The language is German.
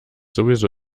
sowieso